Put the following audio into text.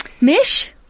Mish